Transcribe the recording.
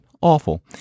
awful